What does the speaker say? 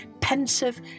pensive